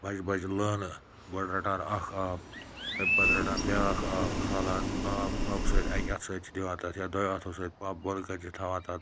بَجہِ بَجہِ لٲنہٕ گۄڈٕ رَٹان اَکھ آب تَمہِ پَتہٕ رَٹان بیٛاکھ آب کھالان آب پَمپہٕ سۭتۍ اَکہِ اَتھہٕ سۭتۍ چھِ دِوان تَتھ یا دۄیو اَتھو سۭتۍ پَمپ بۄنہٕ کَنۍ چھِ تھاوان تَتھ